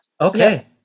okay